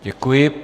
Děkuji.